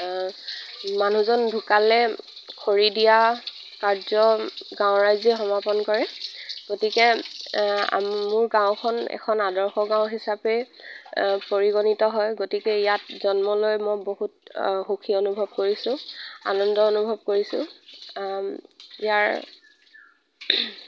মানুহজন ঢুকালে খৰি দিয়া কাৰ্য গাঁৱৰ ৰাইজে সমাপন কৰে গতিকে মোৰ গাঁওখন এখন আদৰ্শ গাঁও হিচাপেই পৰিগণিত হয় গতিকে ইয়াত জন্ম লৈ মই বহুত সুখী অনুভৱ কৰিছোঁ আনন্দ অনুভৱ কৰিছোঁ ইয়াৰ